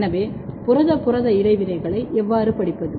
எனவே புரத புரத இடைவினைகளை எவ்வாறு படிப்பது